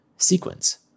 Sequence